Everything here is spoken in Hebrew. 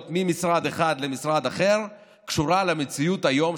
ממשרד אחד למשרד אחר קשורה למציאות היום,